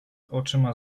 oczyma